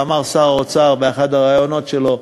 ואמר שר האוצר באחד הראיונות שלו: